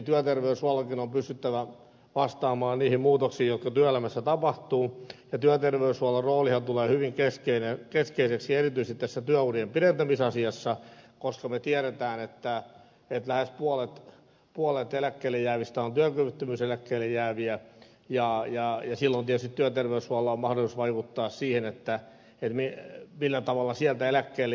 työterveyshuollonkin on pystyttävä vastaamaan niihin muutoksiin jotka työelämässä tapahtuvat ja työterveyshuollon roolihan tulee hyvin keskeiseksi erityisesti työurien pidentämisasiassa koska me tiedämme että lähes puolet eläkkeelle jäävistä on työkyvyttömyyseläkkeelle jääviä ja silloin tietysti työterveyshuollolla on mahdollisuus vaikuttaa siihen millä tavalla sieltä eläkkeelle jäädään